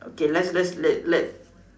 okay let's let's let let